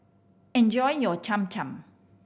enjoy your Cham Cham